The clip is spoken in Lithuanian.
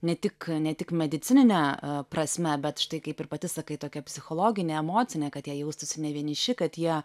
ne tik ne tik medicinine prasme bet štai kaip ir pati sakai tokia psichologine emocine kad jie jaustųsi ne vieniši kad jie